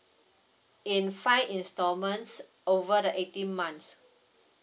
in five installments over the eighteen months